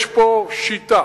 יש פה שיטה,